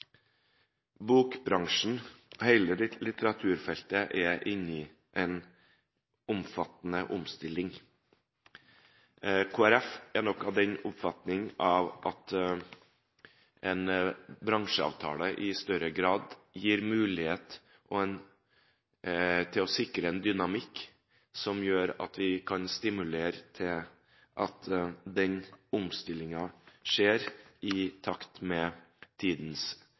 Bokbransjen – hele litteraturfeltet – er i en omfattende omstilling. Kristelig Folkeparti er nok av den oppfatning at en bransjeavtale i større grad gir mulighet til å sikre en dynamikk som gjør at vi kan stimulere til at omstillingen skjer i takt med tidens